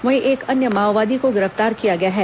वहीं एक अन्य माओवादी को गिरफ्तार किया गया है